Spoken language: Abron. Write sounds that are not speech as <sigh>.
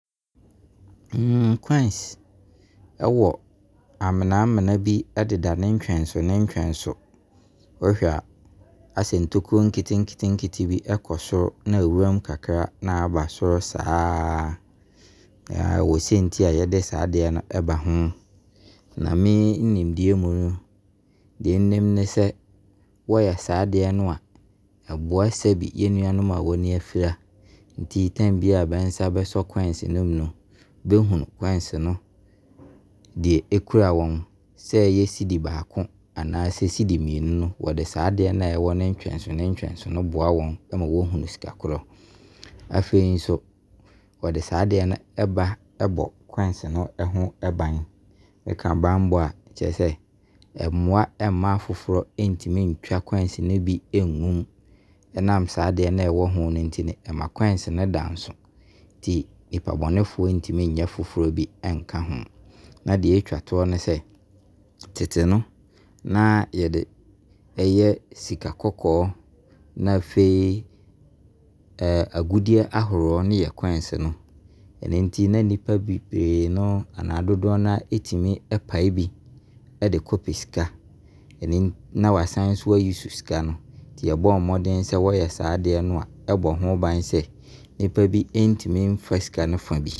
<hesitation> Coins ɛwɔ amenamena bi ɛdeda ne ntwɛnso ne ntwɛnso. Wohwɛ a asɛ ntokuro nketenkete bi ɛkɔ soro na awira mu kakra na aba soro saa. Ɛwɔ senti a yɛde saa adeɛ no ɛba ho. Na me nimdeɛ mu no deɛ nnim ne sɛ woyɛ saa adeɛ no a ɛboa sabi yɛnnuanom a b'ani anifra. Nti time biara bɛnsa bɛsɔ coins no mu no bɛhu coins no deɛ ɛkura wɔn. Sɛ ɛyɛ cedi baako anaa sɛ cedi mmienu no wɔde saa adeɛ no a ɛwɔ ne ntwɛnso ne ntwɛnso no boa wɔn ma wɔhunu sika koro. Afei nso wɔde saa adeɛ no ba ɛbɔ coins no ho ban. Meka banbɔ a kyerɛ sɛ ɛmmoa ɛmma afoforɔ ntumi ntwa coins no bi ɛgu mu. Ɛnam saa adeɛ no a ɛho no nti ɛma coins no da nso. Nti nipa bɔnefoɔ bi ntumi nyɛ coins no foforɔ bi ɛka ho. Na deɛ ɛtwa toɔ ne sɛ, tete no na yɛde ɛyɛ sika kɔkɔɔ na afei ɛyɛ agudeɛ ahoroɔ na ɛyɛ coins no. Ɛno nti na nipa bebree no anaa dodoɔ no a ɛtumi ɛpae bi ɛde kɔ pɛ sika. Na wasane nso ause sika no sika no nti wɔbɔɔ mmɔden wɔyɛ saa adeɛ no a ɛbɔ ho ban sɛ nipa bi ɛtumi mfa sika no fa bi.